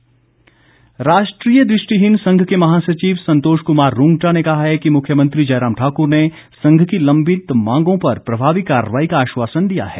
दृष्टिबाधित राष्ट्रीय दृष्टिहीन संघ के महासचिव संतोष कुमार रूंगटा ने कहा है कि मुख्यमंत्री जय राम ठाकुर ने संघ की लंबित मांगों पर प्रभावी कार्रवाई का आश्वासन दिया है